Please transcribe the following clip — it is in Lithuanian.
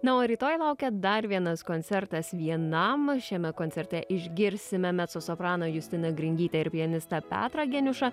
na o rytoj laukia dar vienas koncertas vienam šiame koncerte išgirsime mecosopraną justiną gringytę ir pianistą petrą geniušą